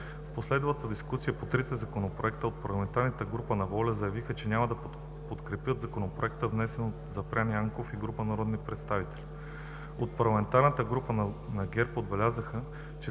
В последвалата дискусия по трите законопроекта от парламентарната група на „Воля“ заявиха, че няма да подкрепят законопроекта, внесен от народния представител Запрян Янков и група народни представители. От парламентарната група на ГЕРБ отбелязаха, че